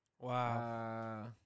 Wow